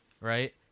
right